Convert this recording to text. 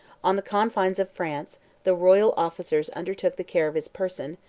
on the confines of france the royal officers undertook the care of his person,